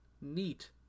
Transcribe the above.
Neat